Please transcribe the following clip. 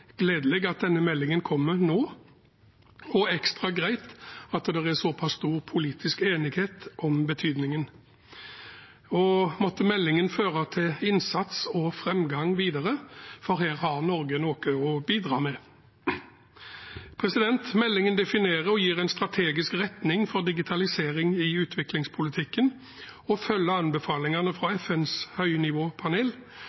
gledelig at denne meldingen kommer nå, og ekstra greit at det er såpass stor politisk enighet om betydningen. Måtte meldingen føre til innsats og framgang videre, for her har Norge noe å bidra med. Meldingen definerer og gir en strategisk retning for digitalisering i utviklingspolitikken, følger anbefalingene fra